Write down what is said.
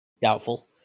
Doubtful